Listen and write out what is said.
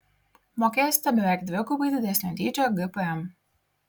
mokėsite beveik dvigubai didesnio dydžio gpm